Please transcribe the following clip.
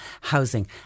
housing